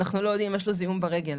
אנחנו לא יודעים אם יש לו זיהום ברגל.